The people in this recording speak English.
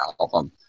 album